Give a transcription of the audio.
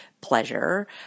pleasure